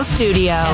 Studio